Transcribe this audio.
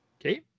Okay